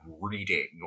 reading